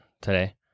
today